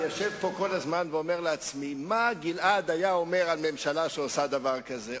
אני יושב פה ואומר לעצמי: מה גלעד היה אומר על ממשלה שעושה דבר כזה.